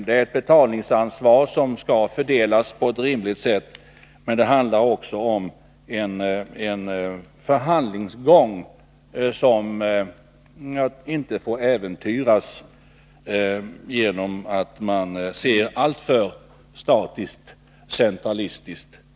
Det gäller ett betalningsansvar som skall fördelas på ett rimligt sätt, men det handlar också om en förhandlingsgång som inte får äventyras genom att man ser alltför statiskt-centralistiskt på det här.